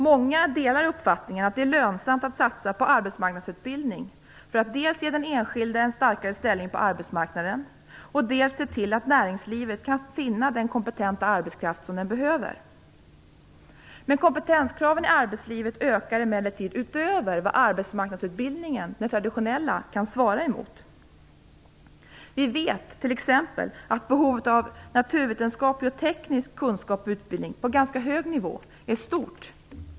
Många delar uppfattningen att det är lönsamt att satsa på arbetsmarknadsutbildning för att dels ge den enskilde en starkare ställning på arbetsmarknaden, dels se till att näringslivet kan finna den kompetenta arbetskraft som den behöver. Kompetenskraven i arbetslivet ökar emellertid utöver vad arbetsmarknadsutbildningen, den traditionella, kan svara mot. Vi vet t.ex. att behovet av naturvetenskaplig och teknisk kunskap och utbildning på ganska hög nivå är stort.